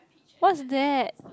what's that